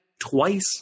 twice